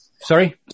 Sorry